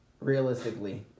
realistically